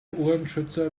ohrenschützer